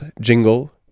jingle